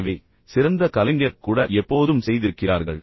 எனவே சிறந்த கலைஞர் கூட எப்போதும் செய்திருக்கிறார்கள்